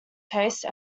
taste